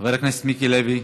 חבר הכנסת מיקי לוי.